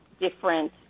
different